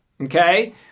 Okay